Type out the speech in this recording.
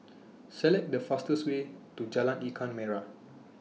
Select The fastest Way to Jalan Ikan Merah